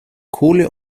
kohle